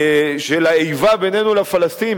של האיבה בינינו לפלסטינים,